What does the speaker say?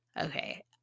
Okay